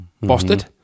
busted